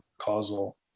causal